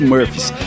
Murphys